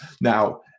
Now